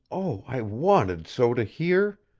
oh! i wanted so to hear!